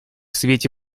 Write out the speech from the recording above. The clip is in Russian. свете